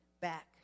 back